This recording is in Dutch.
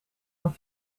aan